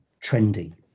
trendy